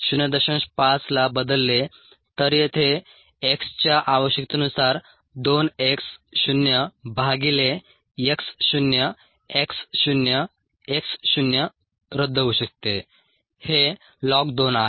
5 ला बदलले तर येथे x च्या आवश्यकतेनुसार 2 x शून्य भागिले x शून्य x शून्य x शून्य रद्द होऊ शकते हे ln 2 आहे